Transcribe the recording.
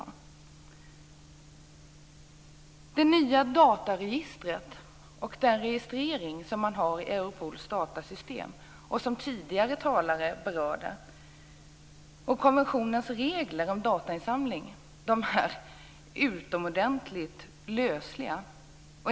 När det gäller det nya dataregistret och den registrering man har i Europols datasystem, som tidigare talare har berört, är konventionens regler om datainsamling utomordentligt lösliga.